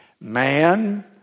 man